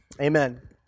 amen